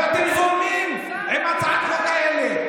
ואתם זורמים עם הצעות החוק האלה.